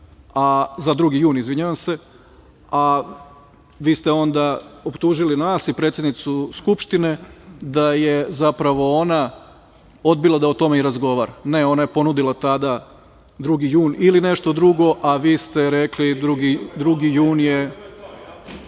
za 2. jun, a vi ste onda optužili nas i predsednicu Skupštine da je zapravo ona odbila da o tome i razgovara. Ne, ona je ponudila tada 2. jun ili nešto drugo, a vi ste rekli – 2. jun više